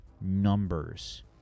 numbers